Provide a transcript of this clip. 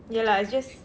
ya lah it's just